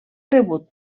rebut